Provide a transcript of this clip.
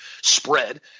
spread